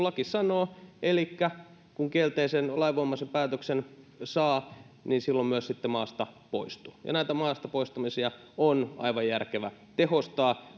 laki sanoo elikkä kun kielteisen lainvoimaisen päätöksen saa silloin myös sitten maasta poistuu näitä maasta poistamisia on aivan järkevää tehostaa